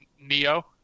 neo